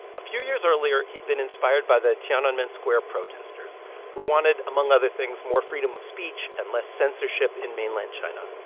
a few years earlier, he'd been inspired by the tiananmen square protesters who wanted, among other things, more freedom of speech and less censorship in mainland china.